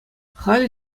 халӗ